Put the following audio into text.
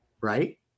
Right